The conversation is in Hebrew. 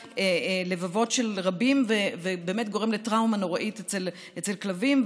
לבבות של רבים ובאמת גורם לטראומה נוראית אצל כלבים.